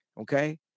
Okay